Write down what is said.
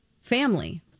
family